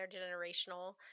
intergenerational